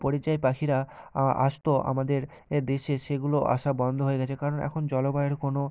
পরিযায়ী পাখিরা আসতো আমাদের দেশে সেগুলো আসা বন্ধ হয়ে গেছে কারণ এখন জলবায়ুর কোনও